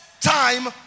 time